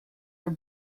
are